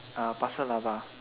uh pasir-laba